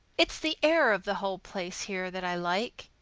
it's the air of the whole place here that i like.